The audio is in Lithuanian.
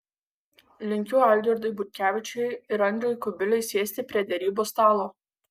linkiu algirdui butkevičiui ir andriui kubiliui sėsti prie derybų stalo